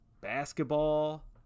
basketball